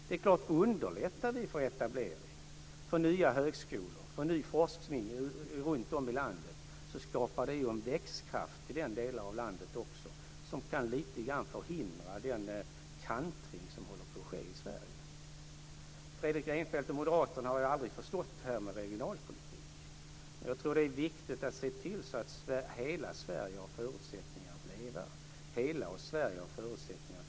Det är klart att om vi underlättar för etablering av nya högskolor och ny forskning runtom i landet, så skapar det en växkraft i delar av landet som lite grann kan förhindra den kantring som håller på att ske i Fredrik Reinfeldt och Moderaterna har ju aldrig förstått detta med regionalpolitik. Men jag tror att det är viktigt att se till att hela Sverige har förutsättningar att leva och förutsättningar att utvecklas.